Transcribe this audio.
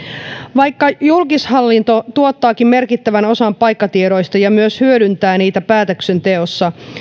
vaikka julkishallinto tuottaakin merkittävän osan paikkatiedoista ja myös hyödyntää niitä päätöksenteossa